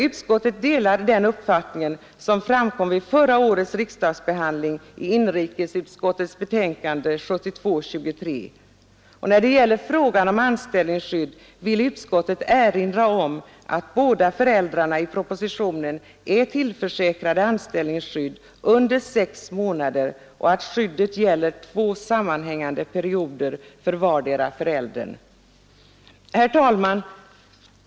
Utskottet delar den uppfattning som framkom vid förra årets riksdagsbehandling i inrikesutskottets betänkande 1972:23. När det gäller frågan om anställningsskydd vill utskottet erinra om att båda föräldrarna i propositionen är tillförsäkrade anställningsskydd under 6 månader och att skyddet gäller två sammanhängande perioder för vardera föräldern. Herr talman!